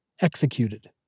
Executed